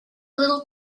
little